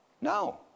no